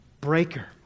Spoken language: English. breaker